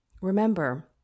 Remember